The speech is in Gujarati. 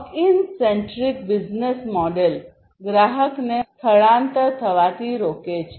lock in centric business model ગ્રાહકને સ્થળાંતર થવાથી રોકે છે